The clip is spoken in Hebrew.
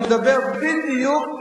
אני מדבר בדיוק,